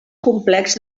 complex